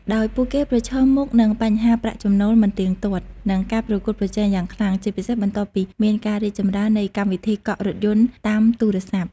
ដោយពួកគេប្រឈមមុខនឹងបញ្ហាប្រាក់ចំណូលមិនទៀងទាត់ និងការប្រកួតប្រជែងយ៉ាងខ្លាំង ជាពិសេសបន្ទាប់ពីមានការរីកចម្រើននៃកម្មវិធីកក់រថយន្តតាមទូរស័ព្ទ។